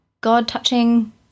God-touching